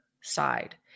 side